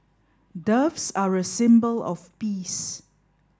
doves are a symbol of peace